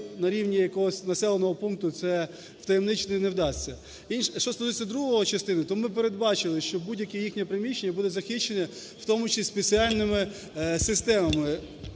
на рівні якогось населеного пункту це втаємничити не вдасться. Що стосується другої частини, то ми передбачили, що будь-яке їхнє приміщення буде захищене в тому числі спеціальними системами.